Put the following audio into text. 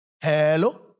Hello